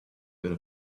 could